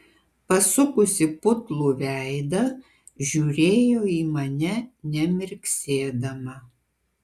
pasukusi putlų veidą žiūrėjo į mane nemirksėdama